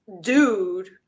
dude